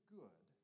good